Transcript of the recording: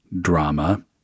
drama